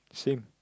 same